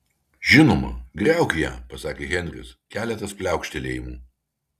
žinoma griauk ją pasakė henris keletas pliaukštelėjimų